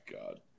God